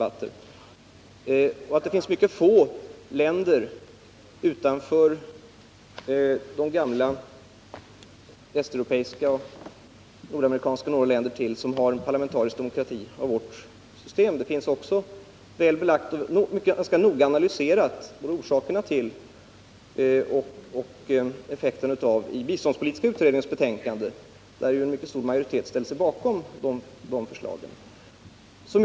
Att det finns mycket få länder utanför de gamla västeuropeiska och nordamerikanska som har parlamentarisk demokrati av vår typ, det är också rätt väl klarlagt. I biståndspolitiska utredningens betänkande finns de möjliga orsakerna till detta ganska noggrant analyserade, liksom effekterna av det. En mycket stor majoritet ställde sig bakom biståndspolitiska utredningens förslag.